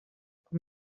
com